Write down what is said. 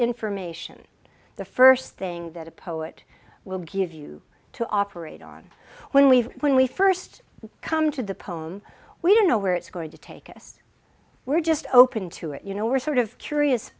information the first thing that a poet will give you to operate on when we when we first come to the poem we don't know where it's going to take us we're just open to it you know we're sort of curious